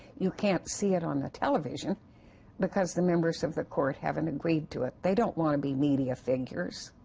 you can't see it on the television because the members of the court haven't agreed to it they don't want to be media figures.